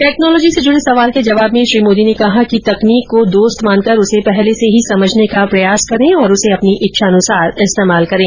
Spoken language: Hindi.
टेक्नोलॉजी से जूडे सवाल के जवाब में श्री मोदी ने कहा कि तकनीक को दोस्त मानकर उसे पहले से ही समझने का प्रयास करे और उसे अपनी इच्छानुसार इस्तेमाल करें